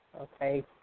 okay